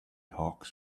hawks